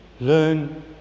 learn